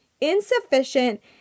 insufficient